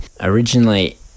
originally